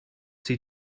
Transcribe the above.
see